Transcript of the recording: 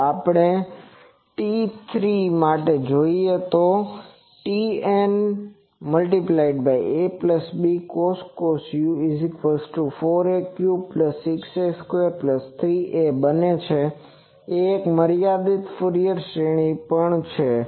જો આપણે ટી 3 માટે જઇએ તો તે Tnabcos 4a3 6ab23a બને છે જે એક મર્યાદિત ફુરિયર શ્રેણી પણ છે